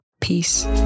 Peace